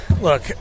Look